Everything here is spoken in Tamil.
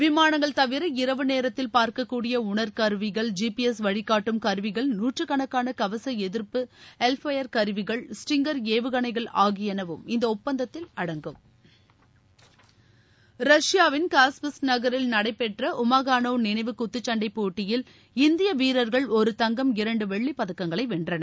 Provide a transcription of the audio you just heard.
விமானங்கள் தவிர இரவு நேரத்தில் பார்க்கக்கூடிய உணர் கருவிகள் ஜிபிஎஸ் வழிகாட்டும் கருவிகள் நூற்றுக்கணக்கான கவச எதிர்ப்பு ஹெல்ஃபயர் கருவிகள் ஸ்டிங்கர் ஏவுகணைகள் ஆகியனவும் இந்த ஒப்பந்தத்தில் அடங்கும் விரியின் விர ரஷ்யாவில் காஸ்பிஸ்க் நகரில் நடைபெற்ற உமாகானோவ் நினைவு குத்துச்சண்டைப் போட்டியில் இந்திய வீரர்கள் ஒரு தங்கம் இரண்டு வெள்ளிப் பதக்கங்களை வென்றனர்